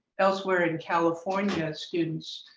elsewhere in california students